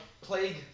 plague